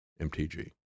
MTG